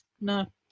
no